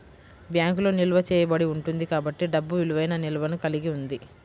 బ్యాంకులో నిల్వ చేయబడి ఉంటుంది కాబట్టి డబ్బు విలువైన నిల్వను కలిగి ఉంది